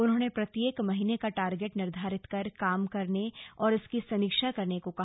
उन्होंने प्रत्येक महीने का टारगेट निर्धारित कर काम करने और इसकी समीक्षा करने को कहा